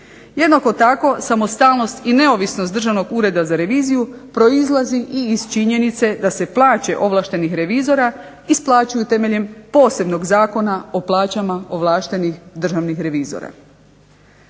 Jednako tako samostalnost i neovisnost Državnog ureda za reviziju proizlazi i iz činjenice da plaće ovlaštenih revizora isplaćuju temeljem posebnog Zakona o plaćam ovlaštenih državnih revizora.